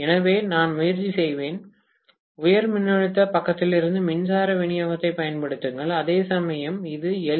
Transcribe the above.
எனவே நான் முயற்சி செய்வேன் உயர் மின்னழுத்த பக்கத்திலிருந்து மின்சார விநியோகத்தைப் பயன்படுத்துங்கள் அதேசமயம் இது எல்